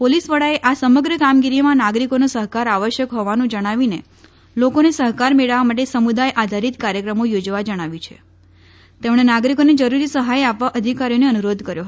police વડાએ આ સમગ્ર કામગીરીમાં નાગરિકોનો સહકાર આવશ્યક હોવાનું જણાવીને લોકોનો સહકાર મેળવવા માટે સમુદાય આધારિત કાર્યકર્મો યોજવા જણાવ્યું છે તેમણે નાગરિકોને જરૂરી સહાય આપવા અધિકારીઓને અનુરોધ કર્યો હતો